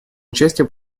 участие